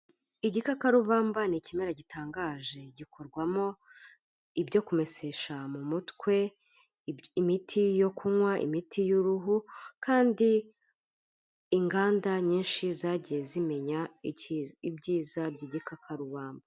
Igikakarubamba ni ikimera gitangaje, gikorwamo ibyo kumesesha mu mutwe, imiti yo kunywa, imiti y'uruhu kandi inganda nyinshi zagiye zimenya ibyiza by'igikakarubamba.